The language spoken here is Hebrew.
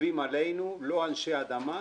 חושבים עלינו לא אנשי אדמה,